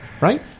Right